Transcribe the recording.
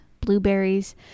blueberries